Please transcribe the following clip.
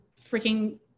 freaking